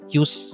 use